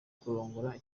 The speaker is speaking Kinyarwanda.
kurongora